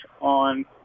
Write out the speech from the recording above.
on